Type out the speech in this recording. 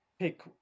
pick